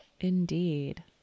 Indeed